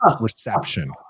reception